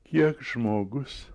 kiek žmogus